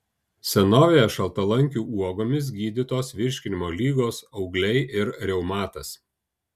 senovėje šaltalankių uogomis gydytos virškinimo ligos augliai ir reumatas